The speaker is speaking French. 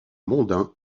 mondain